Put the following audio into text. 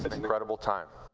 incredible time.